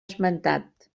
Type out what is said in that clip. esmentat